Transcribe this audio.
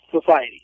society